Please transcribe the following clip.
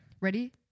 Ready